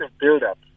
build-up